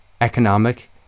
economic